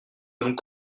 allons